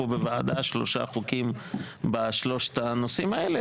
בוועדה שלושה חוקים בשלושת הנושאים האלה,